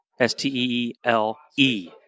S-T-E-E-L-E